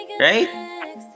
right